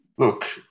Look